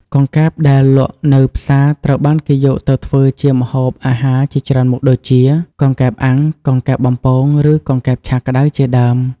កង្កែបដែលលក់នៅផ្សារត្រូវបានគេយកទៅធ្វើជាម្ហូបអាហារជាច្រើនមុខដូចជា កង្កែបអាំង កង្កែបបំពង ឬកង្កែបឆាក្ដៅជាដើម។